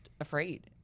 afraid